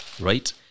right